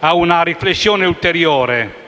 a una riflessione ulteriore,